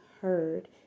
heard